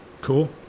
Cool